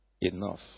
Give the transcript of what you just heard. enough